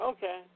Okay